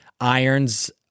irons